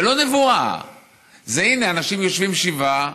זה, הינה, אנשים יושבים שבעה